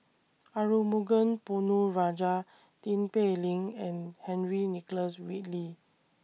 Arumugam Ponnu Rajah Tin Pei Ling and Henry Nicholas Ridley